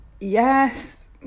Yes